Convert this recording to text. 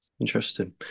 Interesting